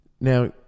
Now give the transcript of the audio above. Now